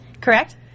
Correct